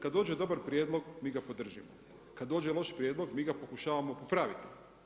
Kada dođe dobar prijedlog mi ga podržimo, kada dođe loš prijedlog, mi ga pokušavamo popraviti.